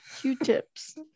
Q-tips